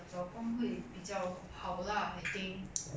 ya 找工会比较好 lah I think